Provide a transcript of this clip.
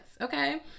okay